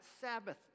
Sabbath